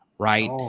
Right